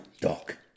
Doc